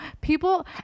people